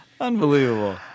unbelievable